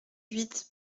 huit